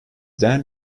then